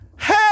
hey